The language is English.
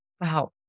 Wow